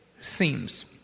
seems